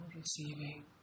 receiving